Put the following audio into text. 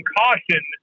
caution